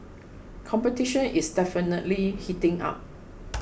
competition is definitely heating up